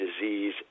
disease